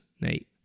Nate